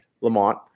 Lamont